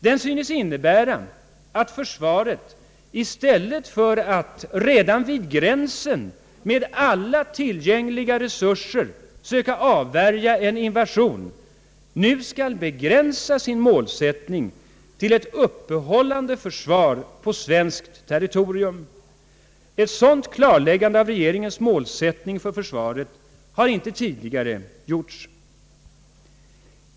Den synes innebära att försvaret, i stället för att redan vid gränsen med alla tillgängliga resurser söka avvärja en invasion, nu skall begränsa sin målsättning till ett uppehållande försvar på svenskt territorium, Ett sådant klarläggande av regeringens målsättning för försvaret har inte tidigare gjorts.